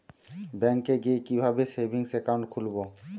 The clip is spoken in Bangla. ব্যাঙ্কে গিয়ে কিভাবে সেভিংস একাউন্ট খুলব?